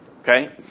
okay